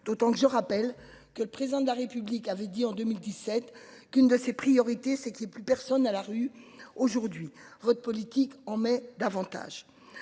d'autant que je rappelle que le président de la République avait dit en 2017 qu'une de ses priorités, c'est qu'il y ait plus personne à la rue, aujourd'hui. Rod politique en mai davantage.